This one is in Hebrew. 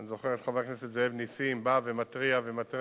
אני זוכר את חבר הכנסת זאב נסים בא ומתריע ומתרה: